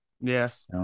Yes